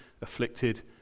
afflicted